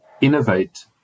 innovate